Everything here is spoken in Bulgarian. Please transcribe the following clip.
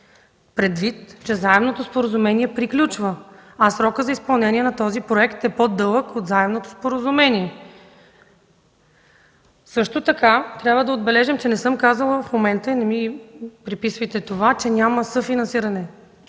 предвид че заемното споразумение приключва, а срокът за изпълнение на този проект е по-дълъг от заемното споразумение. Също така трябва да отбележим, че не съм казала и не ми преписвайте това, че няма съфинансиране.